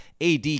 ad